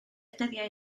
dyddiau